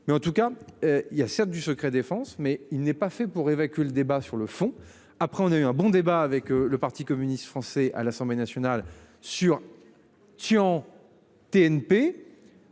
mais en tout cas il y a certes du secret défense mais il n'est pas fait pour évacuer le débat sur le fond, après on a eu un bon débat avec le parti communiste français à l'Assemblée nationale sur. Tian TNP.